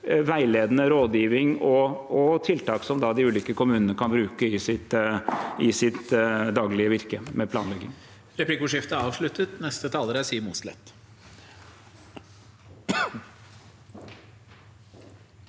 veiledende rådgivning og tiltak de ulike kommunene kan bruke i sitt daglige virke med planlegging.